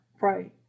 Right